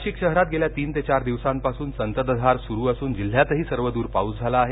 नाशिक शहरात गेल्या तीन ते चार दिवसांपासून संततधार सुरू असून जिल्ह्यातही सर्वदूर पाऊस झाला आहे